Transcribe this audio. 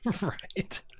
right